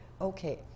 Okay